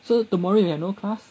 so tomorrow we have no class